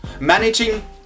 Managing